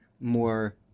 more